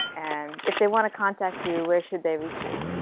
and if they want to contact you, where should they reach you?